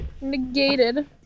Negated